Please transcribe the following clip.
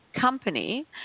company